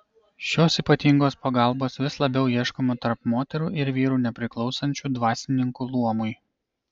šios ypatingos pagalbos vis labiau ieškoma tarp moterų ir vyrų nepriklausančių dvasininkų luomui